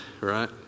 right